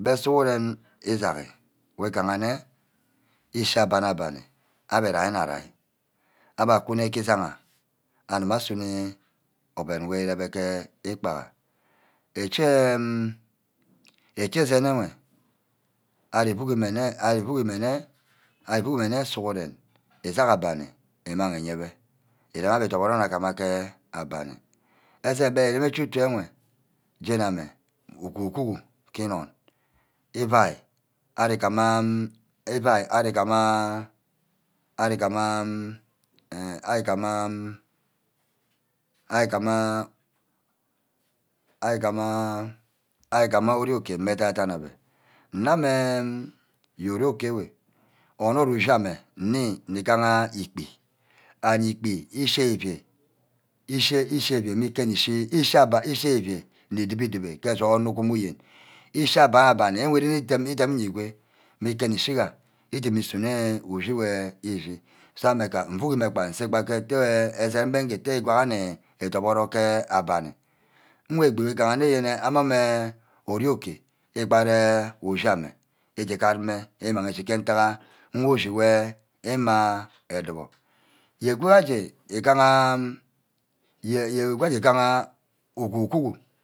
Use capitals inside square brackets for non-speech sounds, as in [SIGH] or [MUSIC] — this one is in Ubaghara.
Mme sughuren igaghi iganne ishi abana-baní abbe irai nne aria. abe akune ke ijagha aguba asuno oven wor erebe ke îkpaha. iche. iche esen enwe ari-vuck mme nneyene. ari vuck îme nne. ari vuck mme nne sughuren. igagha abani ímag îyebe. îrem abbe idoboro nna guma ke abbani. esene wor ni rem utu-tu-ewe jeni ame mme oku-ku-hu ke ìnon. ifai aregama ìfai aregama. aregama orie-okay mme ededane ame. nne amme yoro-okay ewe onod ushi ame nni nnìgaha ikpi. and íkpi ishi eui-vai [HESITATION] nni dibi-dibe ju onor ugubu iyene. ichi abanna bani wor ren idem mma igwe mme kubor nni shiga. udume usune ushi wey udumo eshi so ame gba mvuck mme nse ke otu esene wey igwaha nni doboro ke abanni. nwe egbi îganne yene ame mme ori-okay igbad ushi ame echi gad mme umang ushi ke nteshe mme ushi wor íma edubor. ye wor aje îgaha igaha oku-ku